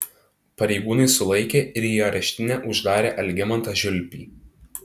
pareigūnai sulaikė ir į areštinę uždarė algimantą žiulpį